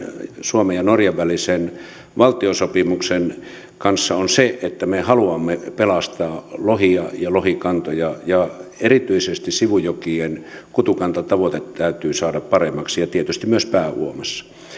suomen ja norjan välisen valtiosopimuksen kanssa on se että me haluamme pelastaa lohia ja lohikantoja erityisesti sivujokien kutukantatavoite täytyy saada paremmaksi ja tietysti myös pääuoman